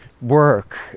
work